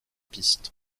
piste